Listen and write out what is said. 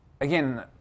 again